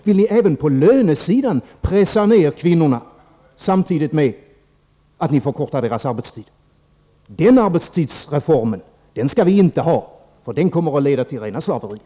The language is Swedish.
Vill ni även på lönesidan pressa ned kvinnorna, samtidigt som ni förkortar deras arbetstid? Den arbetstidsreformen skall vi inte ha — den kommer att leda till rena slaveriet!